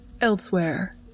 elsewhere